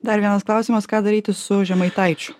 dar vienas klausimas ką daryti su žemaitaičiu